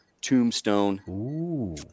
tombstone